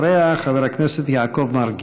אחריה, חבר הכנסת יעקב מרגי.